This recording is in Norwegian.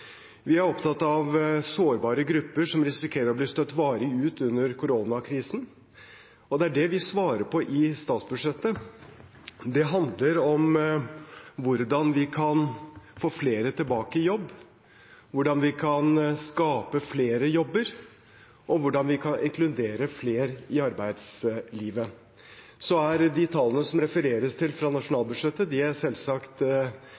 Vi er opptatt av sårbare grupper som risikerer å bli støtt varig ut under koronakrisen. Det er det vi svarer på i statsbudsjettet. Det handler om hvordan vi kan få flere tilbake i jobb, hvordan vi kan skape flere jobber, og hvordan vi kan inkludere flere i arbeidslivet. Tallene det refereres til fra